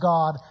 God